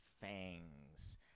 fangs